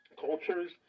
cultures